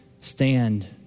stand